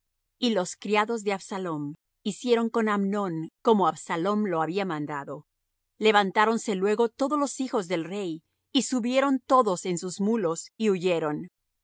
y los criados de absalom hicieron con amnón como absalom lo había mandado levantáronse luego todos los hijos del rey y subieron todos en sus mulos y huyeron